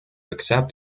accept